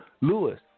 Lewis